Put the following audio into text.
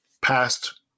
past